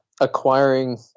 acquiring